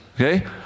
okay